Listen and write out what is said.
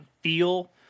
feel